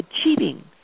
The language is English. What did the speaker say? achieving